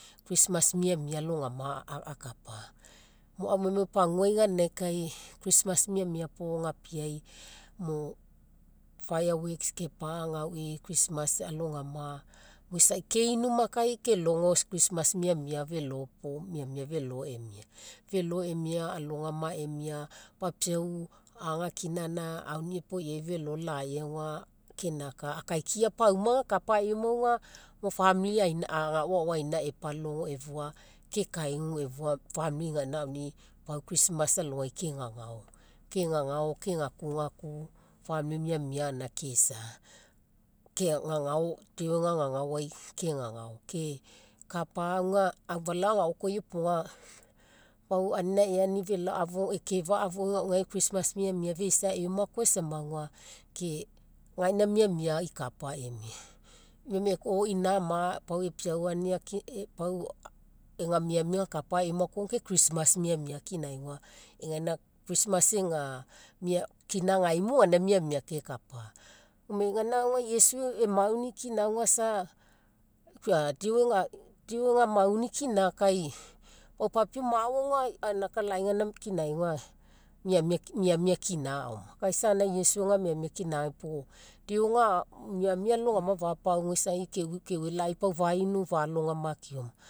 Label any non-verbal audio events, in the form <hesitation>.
Christmas miamia alogama akapa. <unintelligible> paguai ganinagai kai christmas miamia puo mo fireworks kepagauii christmas alogama. Ke'inu ma kai ke logo christmas miamia felo puo miamia felo emia. Felo emia alogama emia papiau aga akina gaina auni epoiai felo lai aga keinaka, akaikia pauma aga agakapaii mo aga mo famili agao agao aina epalogo efua kekaigugu efua famili gaina auni pau christmas alogai kegagao. Kegagao kegakugaku famili miamia gaina keisa, kegagao deo ega gagaoai kegagao. Ke kapa auga, aufalao agao koa iopoga pau anina eani felao afu agao ekefa'a fou gae christmas miamia gae feisa eoma koa samagai, ke gaina miamia ikapa emia. Or ina ama pau epiauania <hesitation> ega miamia gakapa eoma koa christnas miamia kinai aga gaina christmas kinagai mo gaina miamia kekapa. Go me gaina iesu emauni kina isa <hesitation> deo ega mauni kina kai, mo papiau ma'o aga ainaka, lai gaina kinai aga miamia kina aoma. Kai isa iesu ega miamia kina puo deo ega miamia alogama fapaua isai keue keifa lai sa fa'inu fa'alogama keoma.